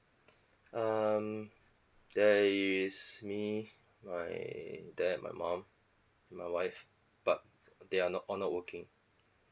um there is me my dad my mum my wife but they're not all not working